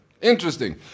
Interesting